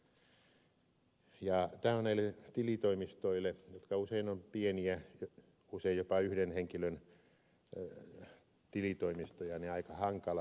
tämä on näille tilitoimistoille jotka usein ovat pieniä usein jopa yhden henkilön tilitoimistoja aika hankalaa